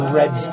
red